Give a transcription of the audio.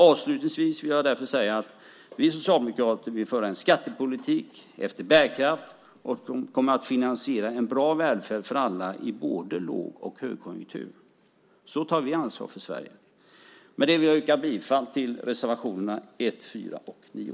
Avslutningsvis vill jag därför säga att vi socialdemokrater vill föra en skattepolitik efter bärkraft. Vi kommer att finansiera en bra välfärd för alla i både låg och högkonjunktur. Så tar vi ansvar för Sverige. Jag yrkar bifall till reservationerna 1, 4 och 9.